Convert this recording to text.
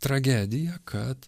tragedija kad